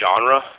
genre